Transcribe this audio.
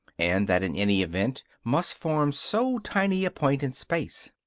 and that in any event must form so tiny a point in space.